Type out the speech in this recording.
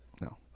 No